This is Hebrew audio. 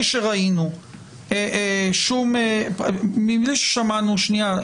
דוד, שנייה.